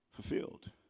fulfilled